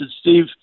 Steve